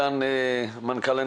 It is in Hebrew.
ברשותך המנכ"ל,